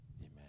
Amen